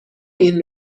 این